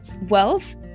wealth